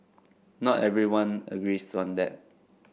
not everyone agrees on that